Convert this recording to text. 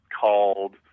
called